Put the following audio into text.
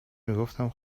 میگفتم